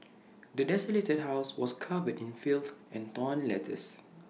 the desolated house was covered in filth and torn letters